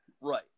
Right